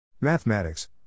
Mathematics